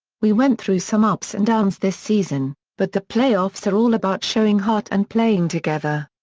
we went through some ups and downs this season, but the playoffs are all about showing heart and playing together.